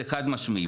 זה חד משמעי.